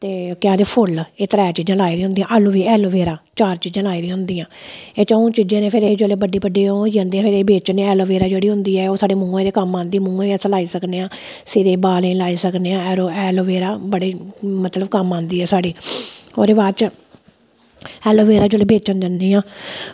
ते क्यारी फुल्ल एह् त्रै चीजां लाई दियां होंदियां ते ऐलोवेरा चार चीज़ां लाई दियां होंदियां ते एह् चंऊ चीजें जेल्लै बेचना होंदियां उसलै जेह्ड़ी होंदी ओह् साढ़े मूहैं आस्तै अस उसगी मूंहें ई लाई सकने आं सिरै बालें ई लाई सकने आं ऐलोवेरा मतलब कम्म आंदी ऐ साढ़े ते ओह्दे बाद च ऐलोवेरा जेल्लै बेचन जन्ने आं